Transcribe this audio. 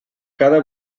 cada